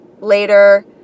later